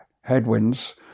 headwinds